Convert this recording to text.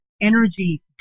energy